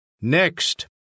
Next